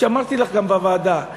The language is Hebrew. אמרתי לך גם בוועדה,